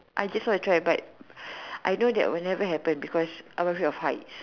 I just wanna try but I know that would not happen because I'm afraid of heights